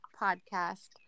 podcast